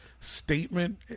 Statement